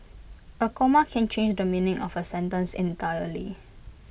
A comma can change the meaning of A sentence entirely